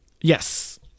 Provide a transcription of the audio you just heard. yes